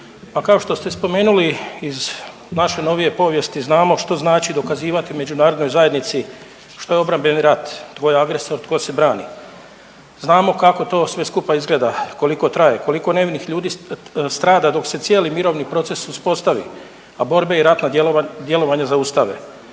kao što ste spomenuli iz naše novije povijesti znamo što znači dokazivati međunarodnoj zajednici što je obrambeni rat, tko je agresor, tko se brani. Znamo kako to sve skupa izgleda, koliko traje, koliko nevinih ljudi strada dok se cijeli mirovni proces uspostavi, a borbe i ratna djelovanja zaustave.